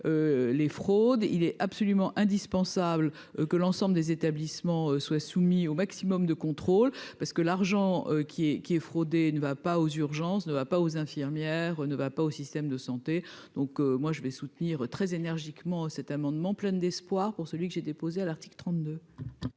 les fraudes, il est absolument indispensable que l'ensemble des établissements soient soumis au maximum de contrôle parce que l'argent qui est qui est fraudé ne va pas aux urgences ne va pas aux infirmières ne va pas au système de santé, donc moi je vais soutenir très énergiquement cet amendement, pleine d'espoir pour celui que j'ai déposée à l'Arctique. 32